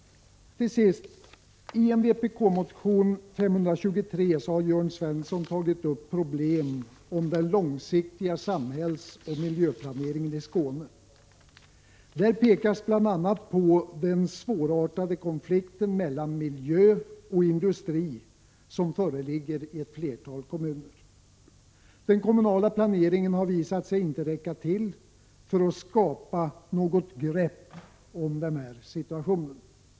I vpk-motionen Bo523 har Jörn Svensson tagit upp problemen med den långsiktiga samhällsoch miljöplaneringen i Skåne. Där pekas bl.a. på den svårartade konflikten mellan miljö och industri som föreligger i ett flertal kommuner. Den kommunala planeringen har visat sig inte kunna räcka till för att skapa ett grepp om situationen.